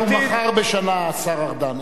השר ארדן,